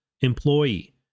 employee